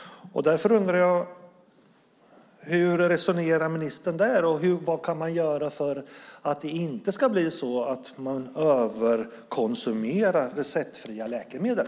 Därför undrar jag: Hur resonerar ministern där? Vad kan vi göra för att det inte ska bli så att man överkonsumerar receptfria läkemedel?